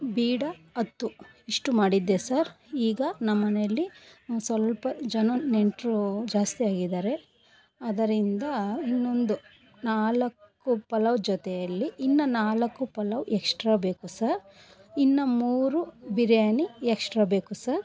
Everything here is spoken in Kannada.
ಬೀಡ ಹತ್ತು ಇಷ್ಟು ಮಾಡಿದ್ದೆ ಸರ್ ಈಗ ನಮ್ಮಮನೆಯಲ್ಲಿ ಸ್ವಲ್ಪ ಜನ ನೆಂಟ್ರು ಜಾಸ್ತಿ ಆಗಿದಾರೆ ಅದರಿಂದ ಇನ್ನೊಂದು ನಾಲ್ಕು ಪಲಾವ್ ಜೊತೆಯಲ್ಲಿ ಇನ್ನು ನಾಲ್ಕು ಪಲಾವ್ ಎಸ್ಟ್ರಾ ಬೇಕು ಸರ್ ಇನ್ನು ಮೂರು ಬಿರಿಯಾನಿ ಎಕ್ಷ್ಟ್ರಾ ಬೇಕು ಸರ್